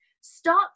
start